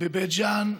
בבית ג'ן,